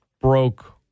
broke